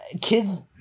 kids